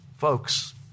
Folks